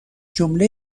جمله